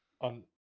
on